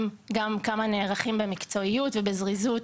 גם כמה נערכים במקצועיות ובזריזות,